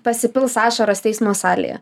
pasipils ašaros teismo salėje